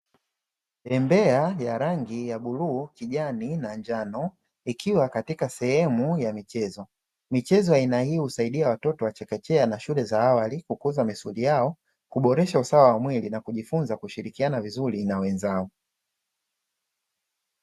Bembea ya rangi ya bluu, kijani na njano, ikiwa katika sehemu ya michezo. Michezo ya aina hii husaidia watoto wa chekechea na shule za awali kukuza misuli yao, kuboresha usawa wa mwili na kujifunza kushirikiana vizuri na wenzao.